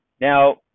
Now